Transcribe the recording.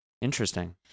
Interesting